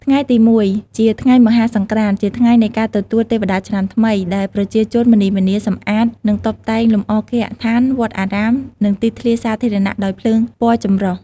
ថ្ងៃទី ១ ជាថ្ងៃមហាសង្ក្រាន្ត ជាថ្ងៃនៃការទទួលទេវតាឆ្នាំថ្មី ដែលប្រជាជនម្នីម្នា សម្អាត និងតុបតែងលម្អគេហដ្ឋាន វត្តអារាម និងទីធ្លាសាធារណៈដោយភ្លើងពណ៌ចម្រុះ។